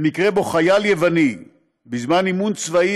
במקרה שחייל יווני גרם בזמן אימון צבאי